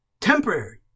temporary